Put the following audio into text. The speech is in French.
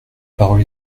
parole